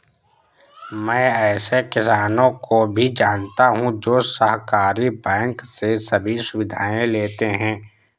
मैं ऐसे किसानो को भी जानता हूँ जो सहकारी बैंक से सभी सुविधाएं लेते है